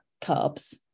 carbs